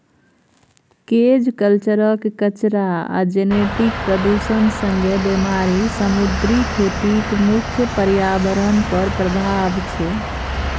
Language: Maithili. केज कल्चरक कचरा आ जेनेटिक प्रदुषण संगे बेमारी समुद्री खेतीक मुख्य प्रर्याबरण पर प्रभाब छै